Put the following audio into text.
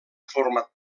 format